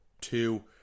two